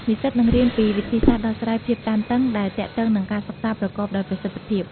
និស្សិតនឹងរៀនពីវិធីសាស្ត្រដោះស្រាយភាពតានតឹងដែលទាក់ទងនឹងការសិក្សាប្រកបដោយប្រសិទ្ធភាព។